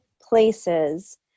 places